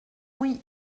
oui